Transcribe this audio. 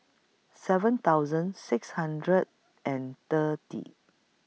seven thousand six hundred and thirty